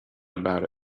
about